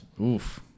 Oof